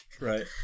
Right